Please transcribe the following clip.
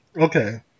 Okay